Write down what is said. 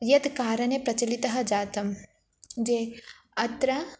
यत् कारणे प्रचलितः जातं ये अत्र